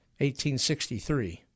1863